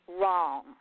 wrong